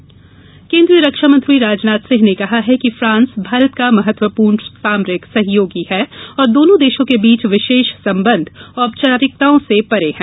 राजनाथ केन्द्रीय रक्षा मंत्री राजनाथ सिंह ने कहा है कि फ्रांस भारत का महत्वपूर्ण सामरिक सहयोगी है और दोनों देशों के बीच विशेष संबंध औपचारिकताओं से परे हैं